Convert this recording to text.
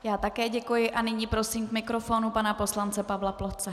Já také děkuji a nyní prosím k mikrofonu pana poslance Pavla Ploce.